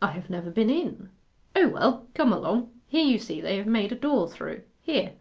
i have never been in o well, come along. here, you see, they have made a door through, here,